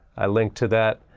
i linked to that,